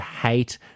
hate